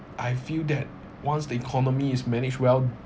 I feel that once the economy is managed well